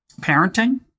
parenting